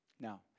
Now